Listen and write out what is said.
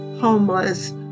Homeless